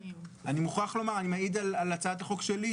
אני מוכרח לומר שאני מעיד על הצעת החוק שלי,